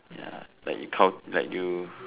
ya like you count like you